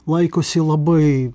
laikosi labai